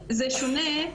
שונה,